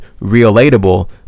relatable